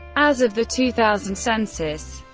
as of the two thousand census,